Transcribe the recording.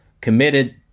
committed